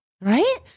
right